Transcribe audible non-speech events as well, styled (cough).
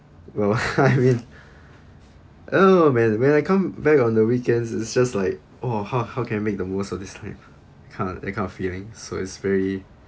well (laughs) I mean I don't know man when I come back on the weekends it's just like !wah! how how can I make the most of this time that kind that kind of feeling so it's very